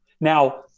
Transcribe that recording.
Now